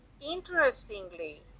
Interestingly